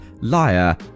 liar